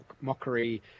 mockery